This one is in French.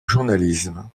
journalisme